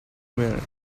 minutes